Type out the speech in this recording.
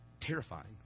terrifying